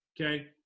okay